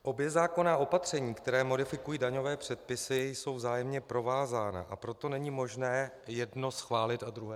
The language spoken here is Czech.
Obě zákonná opatření, která modifikují daňové předpisy, jsou vzájemně provázána, a proto není možné jedno schválit a druhé zrušit.